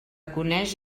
coneix